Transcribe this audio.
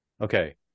Okay